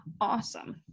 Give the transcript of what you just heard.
Awesome